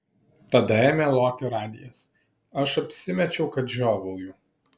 tada ėmė loti radijas aš apsimečiau kad žiovauju